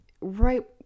right